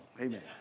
Amen